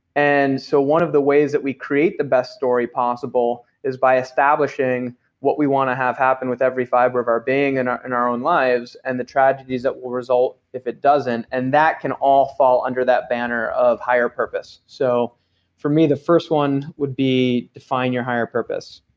and so one of the ways that we create the best story possible is by establishing what we want to have happen with every fiber of our being and in and our own lives, and the tragedies that will result if it doesn't. and that can all fall under that banner of higher purpose. so for me the first one would be define your higher purpose